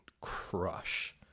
crush